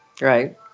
Right